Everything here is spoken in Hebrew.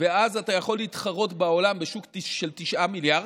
ואז אתה יכול להתחרות בעולם בשוק של 9 מיליארד,